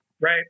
Right